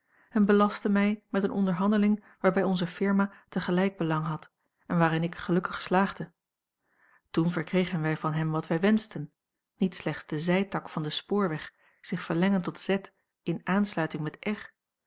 en belastte mij met eene onderhandeling waarbij onze firma tegelijk belang had en waarin ik gelukkig slaagde toen verkregen wij van hem wat wij wenschten niet slechts den zijtak van den spoorweg zich verlengend tot z in aansluiting met